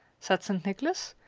said st. nicholas,